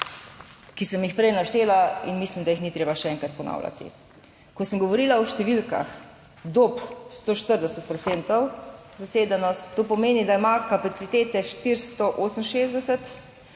ki sem jih prej naštela in mislim, da jih ni treba še enkrat ponavljati. Ko sem govorila o številkah, Dob 140 procentov zasedenost, to pomeni, da ima kapacitete 468,